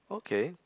okay